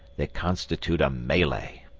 they constitute a melee.